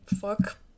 fuck